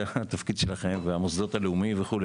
התפקיד שלכם ושל המוסדות הלאומיים וכו'.